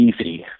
easy